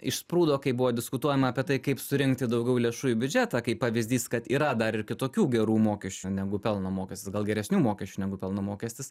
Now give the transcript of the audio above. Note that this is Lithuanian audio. išsprūdo kai buvo diskutuojama apie tai kaip surinkti daugiau lėšų į biudžetą kaip pavyzdys kad yra dar ir kitokių gerų mokesčių negu pelno mokestis gal geresnių mokesčių negu pelno mokestis